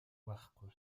байхгүй